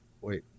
Wait